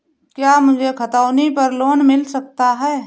क्या मुझे खतौनी पर लोन मिल सकता है?